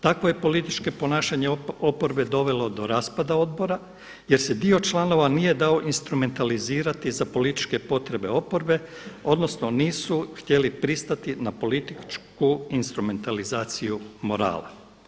Takvo je političko ponašanje oporbe dovelo do raspada Odbora je se dio članova nije dao instrumentalizirati za političke potrebe oporbe odnosno nisu htjeli pristati na političku instrumentalizaciju morala.